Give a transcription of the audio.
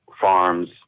farms